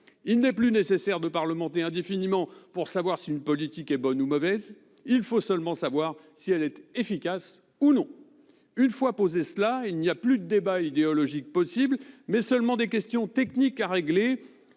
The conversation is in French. il n'est plus nécessaire de parlementer indéfiniment pour savoir si une politique est bonne ou mauvaise, il faut seulement savoir si elle est efficace ou non. Une fois cela posé, il n'y a plus de débat idéologique possible, mais seulement des questions techniques qui ne